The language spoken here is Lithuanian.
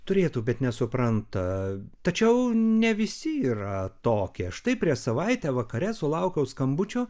turėtų bet nesupranta tačiau ne visi yra tokie štai prieš savaitę vakare sulaukiau skambučio